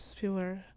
people